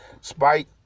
Spike